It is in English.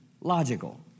logical